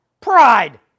pride